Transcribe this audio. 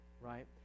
right